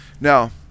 Now